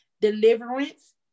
deliverance